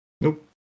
Nope